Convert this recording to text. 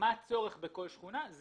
בכל שכונה.